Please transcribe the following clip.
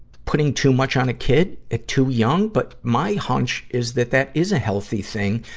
putting too much on a kid at too young. but, my hunch is that that is a healthy thing,